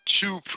two –